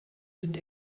sind